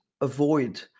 avoid